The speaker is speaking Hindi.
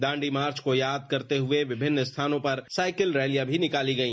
दांडी मार्च को याद करते हुए विभिन्न स्थानों पर साईकिल रैलियां भी निकाली गई